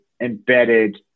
embedded